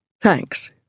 Thanks